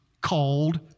called